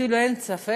אפילו אין ספק,